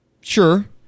Sure